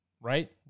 right